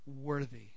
Worthy